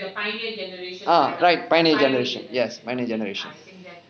ah right pioneer generation yes pioneer generation